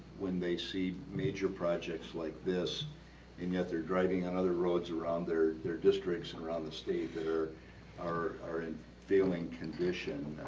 when they see major projects like this and yet they're driving on other roads around their their districts and around the state that are are in failing condition